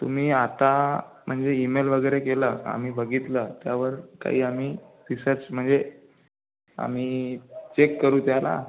तुम्ही आता म्हणजे ईमेल वगैरे केला आम्ही बघितला त्यावर काही आम्ही फिसेप्स म्हणजे आम्ही चेक करू त्याला